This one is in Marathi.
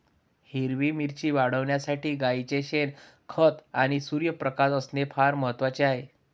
हिरवी मिरची वाढविण्यासाठी गाईचे शेण, खत आणि सूर्यप्रकाश असणे फार महत्वाचे आहे